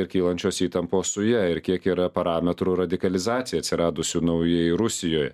ir kylančios įtampos su ja ir kiek yra parametrų radikalizacijai atsiradusių naujai rusijoj